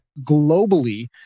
globally